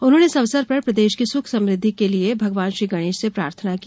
उन्होंने इस अवसर पर प्रदेश की सुख समृदधि के लिये भगवान श्रीगणेश से प्रार्थना की